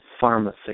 pharmacy